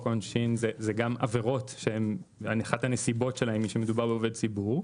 העונשין אלו גם עבירות שאחת הנסיבות שלהן היא שמדובר בעובדי ציבור.